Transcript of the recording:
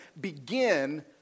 begin